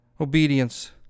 Obedience